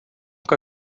que